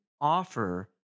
offer